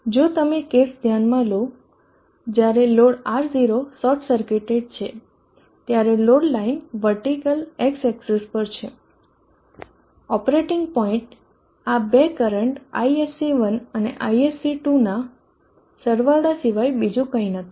જો તમે કેસ ધ્યાનમાં લો જ્યારે લોડ R 0 શોર્ટ સર્કિટેડ છે ત્યારે load line vertical x axis પર છે ઓપરેટિંગ પોઇન્ટ આ બે કરંટ ISC1 અને ISC2 નાં સરવાળા સિવાય બીજું કંઈ નથી